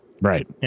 right